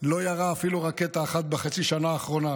לא ירה אפילו רקטה אחת בחצי השנה האחרונה,